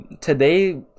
today